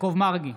יעקב מרגי,